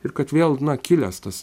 ir kad vėl na kilęs tas